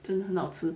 就是脑子